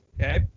Okay